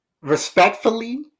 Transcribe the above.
respectfully